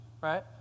Right